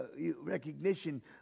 recognition